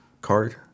card